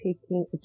taking